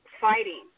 fighting